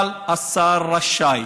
אבל: השר רשאי.